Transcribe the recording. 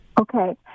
Okay